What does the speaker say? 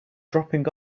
dropping